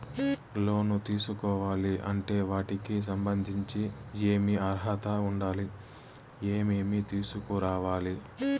లోను తీసుకోవాలి అంటే వాటికి సంబంధించి ఏమి అర్హత ఉండాలి, ఏమేమి తీసుకురావాలి